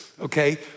okay